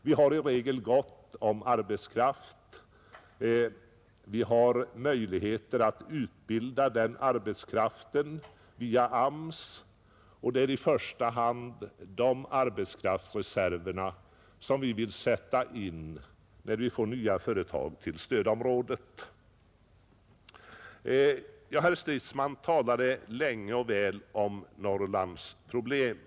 Vi har i regel gott om arbetskraft, vi har möjligheter att utbilda denna arbetskraft via AMS, och det är i första hand dessa arbetskraftsreserver vi vill sätta in när vi får nya företag till stödområdet. Herr Stridsman talade länge och väl om Norrlands problem.